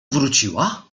wróciła